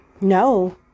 no